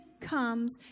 comes